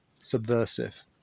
subversive